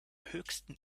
höchsten